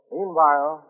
Meanwhile